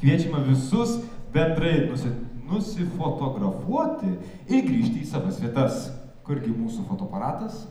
kviečiama visus bendrai nusi nusifotografuoti ir grįžti į savas vietas kur gi mūsų fotoaparatas